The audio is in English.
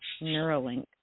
Neuralink